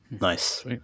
Nice